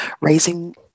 raising